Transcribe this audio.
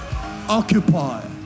occupy